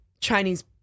Chinese